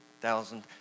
thousand